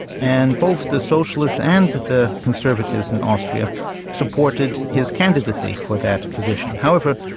and both the socialists and the conservatives in austria supported his candidacy for that position. however,